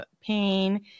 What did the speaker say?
pain